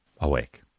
awake